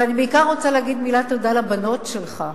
אני בעיקר רוצה להגיד מילת תודה לבנות שלך.